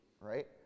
right